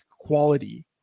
quality